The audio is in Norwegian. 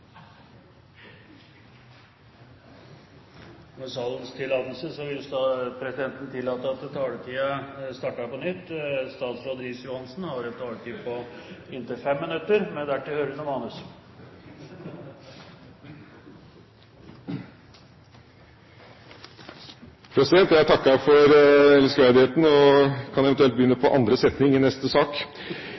tillatelse vil presidenten la klokken starte på nytt. Statsråd Riis-Johansen har en taletid på inntil 5 minutter, med dertil hørende manus. Jeg takker for elskverdigheten, og kan eventuelt begynne på andre avsnitt i sak